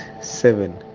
seven